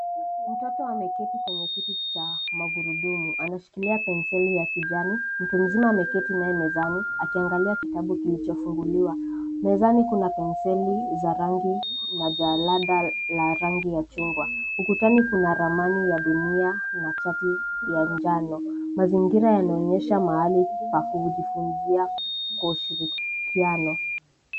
Mtoto ameketi kwenye kiti cha magurudumu. Anashikilia penseli ya kijani. Mtu mzima ameketi naye mezani akiangalia kitabu kilichofunguliwa. Mezani kuna penseli za rangi na jalada la rangi ya chungwa. Ukutani kuna ramani ya dunia na chati ya njano. Mazingira yanaonyesha mahali pa kujifunzia kwa ushirikiano.